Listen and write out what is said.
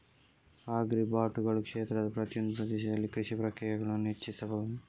ಆಗ್ರಿಬಾಟುಗಳು ಕ್ಷೇತ್ರದ ಪ್ರತಿಯೊಂದು ಪ್ರದೇಶದಲ್ಲಿ ಕೃಷಿ ಪ್ರಕ್ರಿಯೆಗಳನ್ನು ಹೆಚ್ಚಿಸಬಹುದು